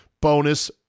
bonus